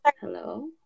hello